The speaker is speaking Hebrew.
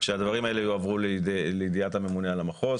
שהדברים האלה יועברו לידיעת הממונה על המחוז,